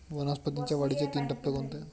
वनस्पतींच्या वाढीचे तीन टप्पे कोणते?